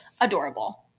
adorable